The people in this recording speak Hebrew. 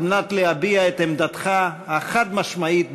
מנת להביע את עמדתך החד-משמעית בנושא.